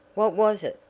what was it?